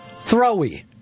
Throwy